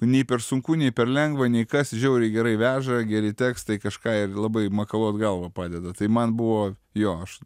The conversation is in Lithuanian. nei per sunku nei per lengva nei kas žiauriai gerai veža geri tekstai kažką ir labai makaluot galvą padeda tai man buvo jo aš